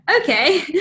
Okay